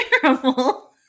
terrible